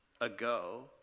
ago